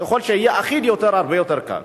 ככל שיהיה אחיד יותר יהיה הרבה יותר קל.